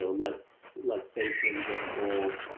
so let's let's say for example,